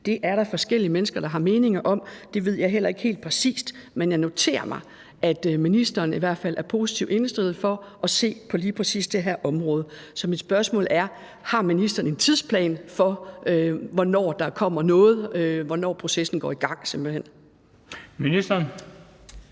Det er der forskellige mennesker der har meninger om. Det ved jeg heller ikke helt præcist, men jeg noterer mig, at ministeren i hvert fald er positivt indstillet over for at se på lige præcis det her område. Så mit spørgsmål er: Har ministeren en tidsplan for, hvornår der kommer noget, altså simpelt hen hvornår